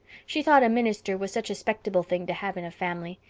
she thought a minister was such a spectable thing to have in a family.